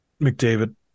McDavid